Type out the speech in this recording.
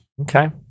Okay